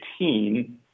2018